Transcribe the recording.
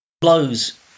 Blows